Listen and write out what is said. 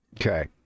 Okay